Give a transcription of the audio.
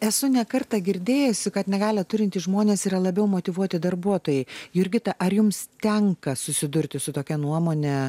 esu ne kartą girdėjusi kad negalią turintys žmonės yra labiau motyvuoti darbuotojai jurgita ar jums tenka susidurti su tokia nuomone